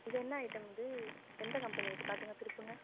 இது என்ன ஐட்டம் இது எந்த கம்பெனி இது காட்டுங்கள் திருப்புங்கள்